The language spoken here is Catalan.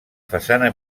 façana